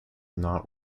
not